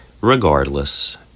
regardless